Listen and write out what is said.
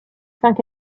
cinq